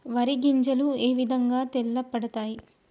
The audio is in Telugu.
వరి గింజలు ఏ విధంగా తెల్ల పడతాయి?